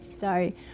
Sorry